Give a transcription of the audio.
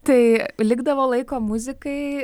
tai likdavo laiko muzikai